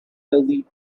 healthy